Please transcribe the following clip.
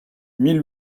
mille